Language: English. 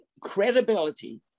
credibility